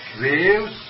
waves